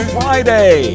Friday